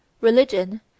Religion